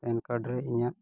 PAN card ᱨᱮ ᱤᱧᱟᱹᱜ